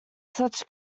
such